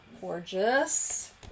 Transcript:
Gorgeous